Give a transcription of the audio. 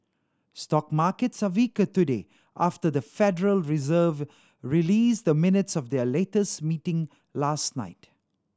stock markets are weaker today after the Federal Reserve released the minutes of their latest meeting last night